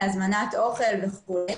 הזמנת אוכל וכולי,